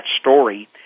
story